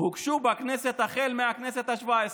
הוגשו בכנסת החל מהכנסת השבע-עשרה.